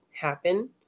happen